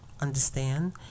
understand